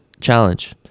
Challenge